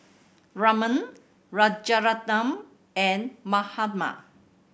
Raman Rajaratnam and Mahatma